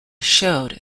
showed